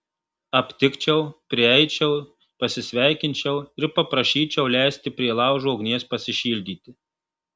aptikčiau prieičiau pasisveikinčiau ir paprašyčiau leisti prie laužo ugnies pasišildyti